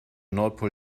nordpol